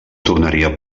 tornaria